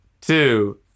two